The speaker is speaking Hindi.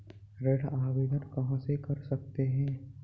ऋण आवेदन कहां से कर सकते हैं?